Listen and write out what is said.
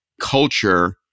culture